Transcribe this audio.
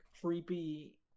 creepy